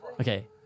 Okay